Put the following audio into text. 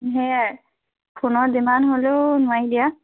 সেয়াই ফোনৰ ডিমাণ্ড হ'লেও নোৱাৰি দিয়া